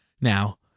now